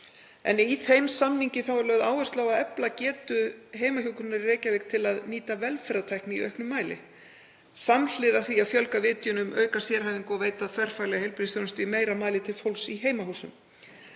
en í þeim samningi er lögð áhersla á að efla getu heimahjúkrunar í Reykjavík til að nýta velferðartækni í auknum mæli samhliða því að fjölga vitjunum, auka sérhæfingu og veita þverfaglega heilbrigðisþjónustu í meira mæli til fólks í heimahúsum.